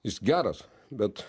jis geras bet